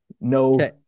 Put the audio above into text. no